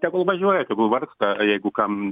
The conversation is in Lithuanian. tegul važiuoja tegul vargsta o jeigu kam